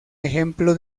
ejemplo